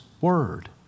word